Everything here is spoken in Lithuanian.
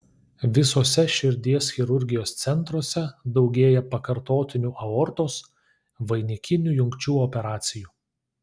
visuose širdies chirurgijos centruose daugėja pakartotinių aortos vainikinių jungčių operacijų